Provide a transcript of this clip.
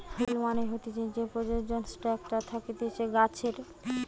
ফুল মানে হতিছে যে প্রজনন স্ট্রাকচার থাকতিছে গাছের